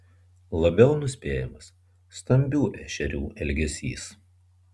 labiau nuspėjamas stambių ešerių elgesys